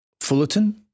Fullerton